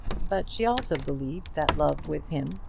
but she also believed that love with him,